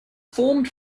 formed